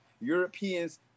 Europeans